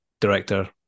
director